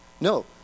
No